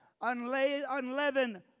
Unleavened